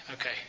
Okay